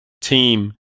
team